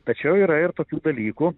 tačiau yra ir tokių dalykų